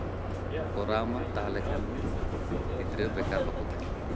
ᱠᱚᱨᱟᱣᱢᱟ ᱛᱟᱦᱚᱞᱮ ᱠᱷᱟᱱᱜᱮ ᱜᱤᱫᱽᱨᱟᱹ ᱵᱮᱠᱟᱨ ᱵᱟᱠᱚ ᱛᱟᱦᱮᱱᱟ